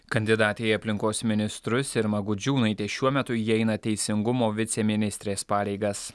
kandidatė į aplinkos ministrus irma gudžiūnaitė šiuo metu ji eina teisingumo viceministrės pareigas